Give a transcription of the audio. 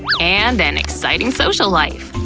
and an exciting social life.